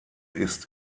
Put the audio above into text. ist